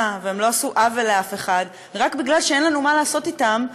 והם לא עשו עוול לאף אחד רק מפני שאין לנו מה לעשות בהם,